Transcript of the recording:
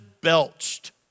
belched